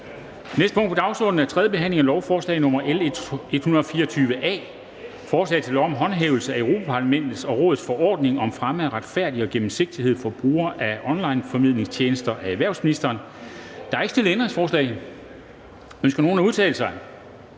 næste punkt på dagsordenen er: 4) 3. behandling af lovforslag nr. L 124 A: Forslag til lov om håndhævelse af Europa-Parlamentets og Rådets forordning om fremme af retfærdighed og gennemsigtighed for brugere af onlineformidlingstjenester. Af erhvervsministeren (Simon Kollerup). (2. behandling